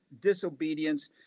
disobedience